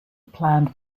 planned